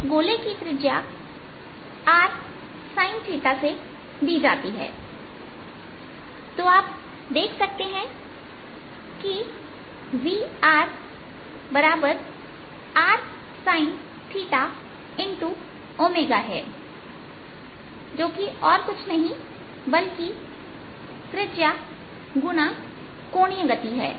इस गोले की त्रिज्या rsinθ से दी जाती है तो आप देख सकते हैं कि Vrsinθ हैजो कि और कुछ नहीं बल्कि त्रिज्या x कोणीय गति है